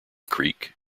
creek